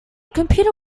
computer